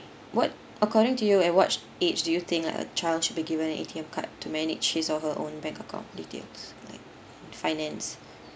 what according to you at what age do you think a child should be given an A_T_M card to manage his or her own bank account details finance